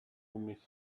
miss